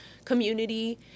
community